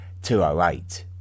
208